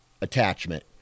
attachment